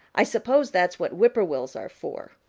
i suppose that's what whip-poor-will's are for.